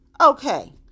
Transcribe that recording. Okay